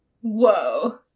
Whoa